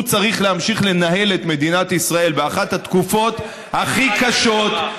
הוא צריך להמשיך לנהל את מדינת ישראל באחת התקופות הכי קשות,